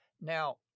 Now